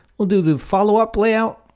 we'll do the followup layout.